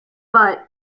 but